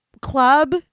club